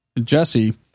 Jesse